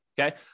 Okay